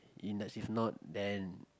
in as if not then